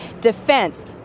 Defense